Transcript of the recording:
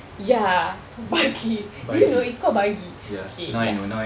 ya buggy do you know it's called buggy K ya